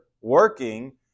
working